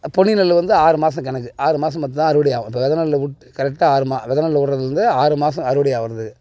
பொன்னி நெல் வந்து ஆறுமாதம் கணக்கு ஆறுமாதம் பார்த்து தான் தான் அறுவடை ஆகும் இப்போ வித நெல் கரெக்டாக ஆறுமா வித நெல் விடறது வந்து ஆறுமாதம் அறுவடை ஆகிறது